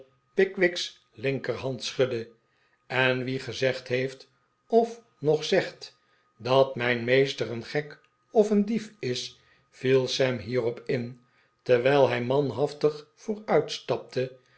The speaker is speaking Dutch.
pickwick's linkerhand schudde en wie gezegd heeft of nog zegt dat mijn meester een gek of een dief is viel sam hierop in terwijl hij manhaftig vooruitstapte